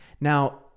now